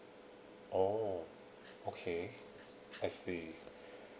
oh okay I see